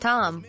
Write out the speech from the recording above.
Tom